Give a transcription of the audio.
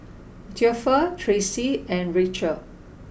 Theophile Tracey and Rachelle